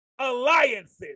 Alliances